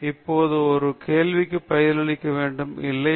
இப்போது நாம் ஒரு கேள்விக்கு பதிலளிக்க வேண்டும் இல்லையா